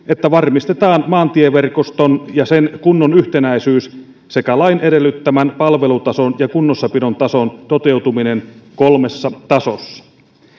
että varmistetaan maantieverkoston ja sen kunnon yhtenäisyys sekä lain edellyttämän palvelutason ja kunnossapidon tason toteutuminen kolmessa tasossa